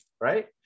right